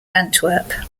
antwerp